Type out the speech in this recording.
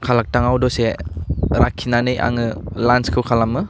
कालाकटाङाव दसे लाखिनानै आङो लान्चखौ खालामो